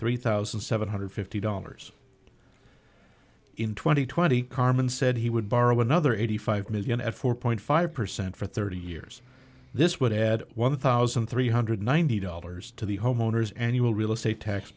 three thousand seven hundred and fifty dollars in two thousand and twenty carmen said he would borrow another eighty five million dollars at four five percent for thirty years this would add one thousand three hundred and ninety dollars to the homeowners annual real estate tax